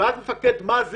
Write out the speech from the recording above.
ואז מפקד מז"י